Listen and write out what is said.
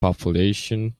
population